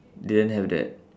didn't have that